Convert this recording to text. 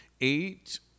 eight